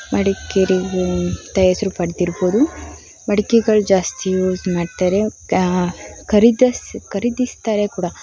ಮಡಿಕೇರಿ ಅಂತ ಹೆಸರು ಪಡೆದಿರ್ಬೋದು ಮಡಿಕೆಗಳು ಜಾಸ್ತಿ ಯೂಸ್ ಮಾಡ್ತಾರೆ ಖರೀದಿಸ್ ಖರೀದಿಸ್ತಾರೆ ಕೂಡ